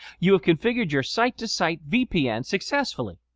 you have configured your site-to-site vpn successfully.